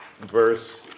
verse